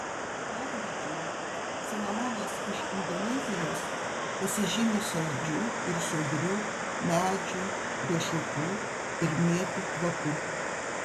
pavyzdžiui cinamonas iš indonezijos pasižymi saldžiu ir sodriu medžių riešutų ir mėtų kvapu